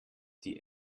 die